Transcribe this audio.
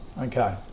Okay